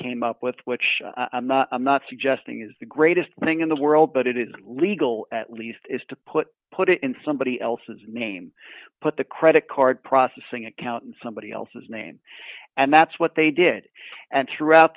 came up with which i'm not suggesting is the greatest thing in the world but it is legal at least is to put put it in somebody else's name put the credit card processing account in somebody else's name and that's what they did and throughout